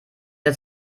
der